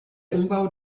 umbau